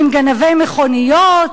עם גנבי מכוניות?